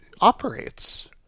operates